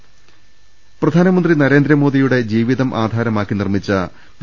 രദേശ്ശേ പ്രധാനമന്ത്രി നരേന്ദ്രമോദിയുടെ ജീവിതം ആധാരമാക്കി നിർമ്മിച്ച പി